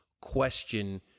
question